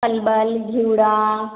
परवल घिऊड़ा